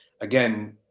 Again